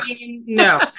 No